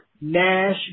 Nash